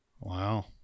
Wow